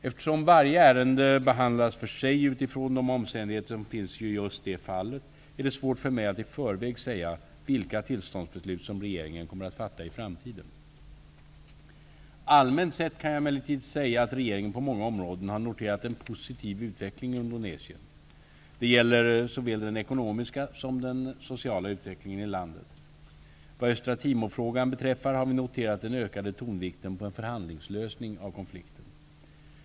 Eftersom varje ärende behandlas för sig utifrån de omständigheter som finns i just det fallet, är det svårt för mig att i förväg säga vilka tillståndsbeslut som regeringen kommer att fatta i framtiden. Allmänt sett kan jag emellertid säga att regeringen på många områden har noterat en positiv utveckling i Indonesien. Detta gäller såväl den ekonomiska som den sociala utvecklingen i landet. Vad Östra Timor-frågan beträffar har vi noterat den ökade tonvikten på en förhandlingslösning av konflikten.